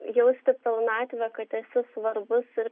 jausti pilnatvę kad esi svarbus ir